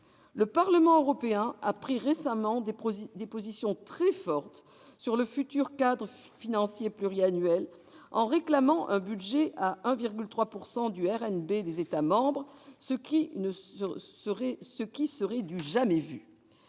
Le Parlement européen a pris récemment des positions très fortes sur le futur cadre financier pluriannuel, en réclamant un budget s'établissant à 1,3 % du RNB des États membres, ce qui serait du jamais-vu.